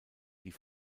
die